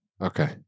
Okay